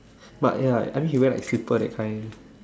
but ya I mean if she wear like slipper that kind